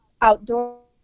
outdoor